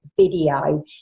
video